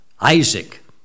Isaac